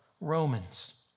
Romans